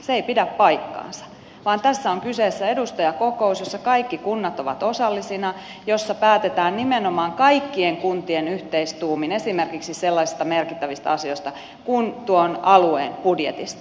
se ei pidä paikkaansa vaan tässä on kyseessä edustajakokous jossa kaikki kunnat ovat osallisina jossa päätetään nimenomaan kaikkien kuntien yhteistuumin esimerkiksi sellaisista merkittävistä asioista kuin tuon alueen budjetista